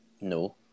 No